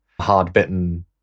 hard-bitten